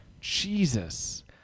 Jesus